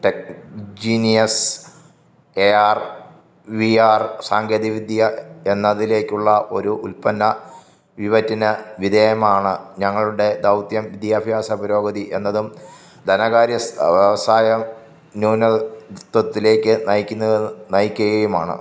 tech genius A R V R സാങ്കേതികവിദ്യ എന്നതിലേക്കുള്ള ഒരു ഉൽപ്പന്ന വിവറ്റിന് വിധേയമാണ് ഞങ്ങളുടെ ദൗത്യം വിദ്യാഭ്യാസ പുരോഗതി എന്നതും ധനകാര്യ വ്യവസായം നൂനത്വത്തിലേക്ക് നയിക്കുന്ന നയിക്കുകയുമാണ്